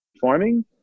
farming